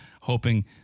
Hoping